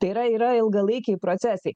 tai yra yra ilgalaikiai procesai